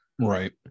Right